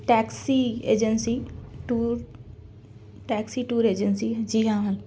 taxi agency tour taxi tour agency جی ہاں